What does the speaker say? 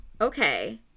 Okay